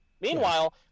Meanwhile